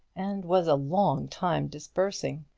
and was a long time dispersing.